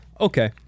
Okay